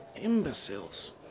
imbeciles